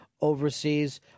overseas